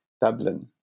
Dublin